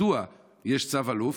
מדוע יש צו אלוף?